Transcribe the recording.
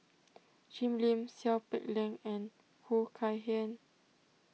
Jim Lim Seow Peck Leng and Khoo Kay Hian